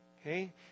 Okay